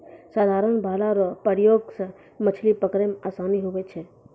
साधारण भाला रो प्रयोग से मछली पकड़ै मे आसानी हुवै छै